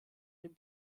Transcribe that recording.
den